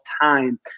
time